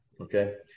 Okay